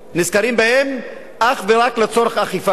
נזכרים בהם אך ורק לצורך אכיפה.